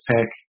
pick